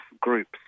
groups